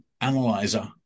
analyzer